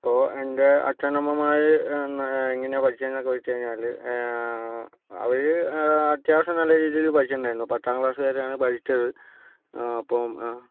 ഇപ്പോൾ എൻ്റെ അച്ഛനമ്മമാര് എങ്ങനെയാ എങ്ങനെയാണ് പഠിച്ചതന്നൊക്കെ വച്ചാല് അവര് അത്യാവശ്യം നല്ല രീതിയില് പഠിച്ചിട്ടുണ്ടായിരുന്നു പത്താം ക്ലാസ്സ് വരെയാണ് പഠിച്ചത് അപ്പോൾ